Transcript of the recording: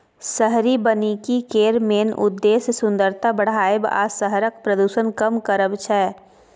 शहरी बनिकी केर मेन उद्देश्य सुंदरता बढ़ाएब आ शहरक प्रदुषण कम करब छै